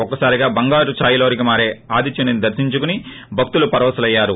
ఒక్కసారిగా బంగారు ఛాయిలోని మారే ఆదిత్యుని దర్పించుకున్న భక్తులు పరవసులైనారు